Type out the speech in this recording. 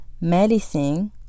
medicine